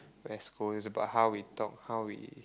West Coast is about how we talk how we